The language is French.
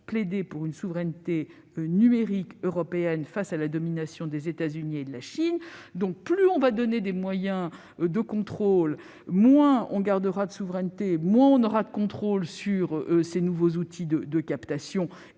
plaidé pour une souveraineté numérique européenne face à la domination des États-Unis et de la Chine. Plus l'on donnera des moyens de contrôle à ces pays et moins l'on gardera de souveraineté. Et moins l'on aura de contrôle sur ces nouveaux outils de captation